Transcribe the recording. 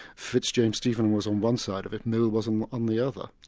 fitzjames stephen was on one side of it, mill was and on the other.